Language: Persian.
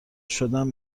شدن